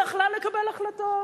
היא יכלה לקבל החלטות